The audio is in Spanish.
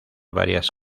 varias